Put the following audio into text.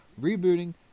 rebooting